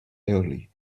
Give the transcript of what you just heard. early